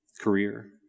Career